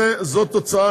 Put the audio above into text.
זאת תוצאה